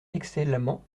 excellemment